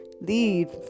leave